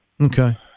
Okay